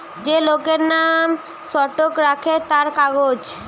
যে লোকের নাম স্টক রাখে তার কাগজ